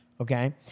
okay